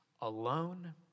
alone